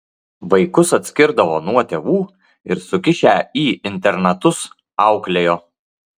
vaikus atskirdavo nuo tėvų ir sukišę į internatus auklėjo